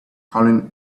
calling